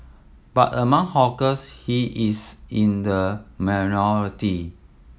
but among hawkers he is in the minority